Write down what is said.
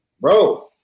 bro